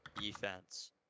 defense